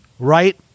right